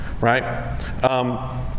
right